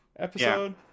Episode